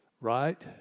Right